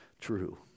true